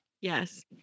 yes